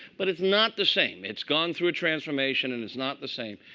but it's not the same. it's gone through a transformation. and it's not the same.